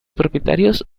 propietarios